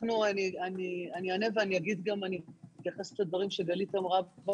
אני אענה ואני אתייחס גם לדברים שגלית אמרה.